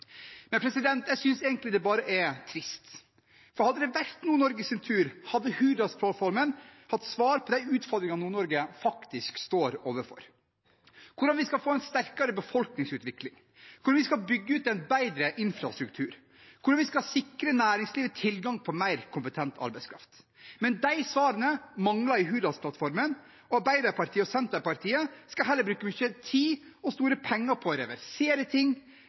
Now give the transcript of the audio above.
Men jeg synes egentlig det bare er trist, for hadde det vært Nord-Norges tur, hadde Hurdalsplattformen hatt svar på de utfordringene Nord-Norge faktisk står overfor: hvordan vi skal få en sterkere befolkningsutvikling, hvordan vi skal bygge ut en bedre infrastruktur, hvordan vi skal sikre næringslivet tilgang på mer kompetent arbeidskraft. Men de svarene mangler i Hurdalsplattformen, og Arbeiderpartiet og Senterpartiet skal heller bruke mye tid og store penger på å reversere ting,